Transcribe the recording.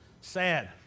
Sad